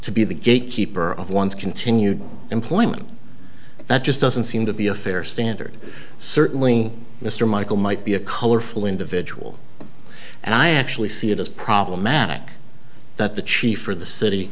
to be the gate keeper of one's continued employment that just doesn't seem to be a fair standard certainly mr michael might be a colorful individual and i actually see it as problematic that the chief or the city